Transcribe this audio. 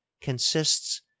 consists